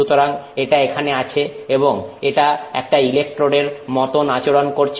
সুতরাং এটা এখানে আছে এবং এটা একটা ইলেকট্রোড এর মতন আচরণ করছে